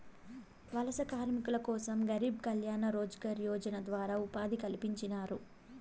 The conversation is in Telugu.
వలస కార్మికుల కోసం గరీబ్ కళ్యాణ్ రోజ్గార్ యోజన ద్వారా ఉపాధి కల్పించినారు